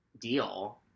deal